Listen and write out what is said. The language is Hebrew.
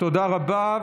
תודה רבה.